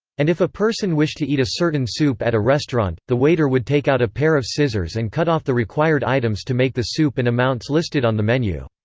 and if a person wished to eat a certain soup at a restaurant, the waiter would take out a pair of scissors and cut off the required items to make the soup and amounts listed on the menu.